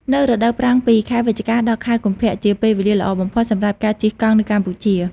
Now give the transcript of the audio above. នៅរដូវប្រាំងពីខែវិច្ឆិកា ដល់ ខែកុម្ភ ជាពេលវេលាល្អបំផុតសម្រាប់ការជិះកង់នៅកម្ពុជា។